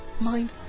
mind